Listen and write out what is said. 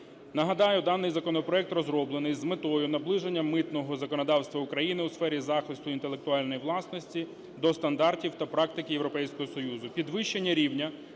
Нагадаю, даний законопроект розроблений з метою наближення митного законодавства України у сфері захисту інтелектуальної власності до стандартів та практики Європейського Союзу, підвищення рівня